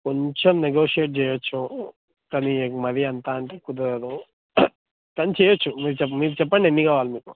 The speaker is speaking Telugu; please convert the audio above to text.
కొంచెం నెగోషియేట్ చేయవచ్చు కానీ మరి అంత అంటే కుదరదు కానీ చేయవచ్చు మీరు చెప్పండి మీరు చెప్పండి ఎన్ని కావాలో మీకు